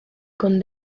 con